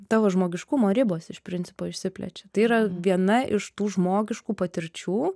tavo žmogiškumo ribos iš principo išsiplečia tai yra viena iš tų žmogiškų patirčių